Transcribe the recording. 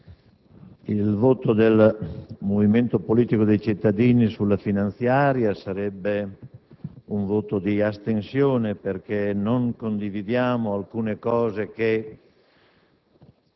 Il voto del Movimento politico dei cittadini sulla finanziaria sarebbe di astensione perché non condividiamo alcuni aspetti